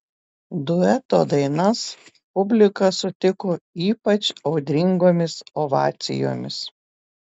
dueto dainas publika sutiko ypač audringomis ovacijomis